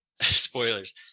spoilers